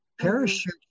Parachute